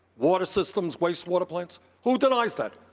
water systems, wastewater plants, who denies that?